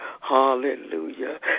hallelujah